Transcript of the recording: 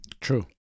true